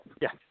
Yes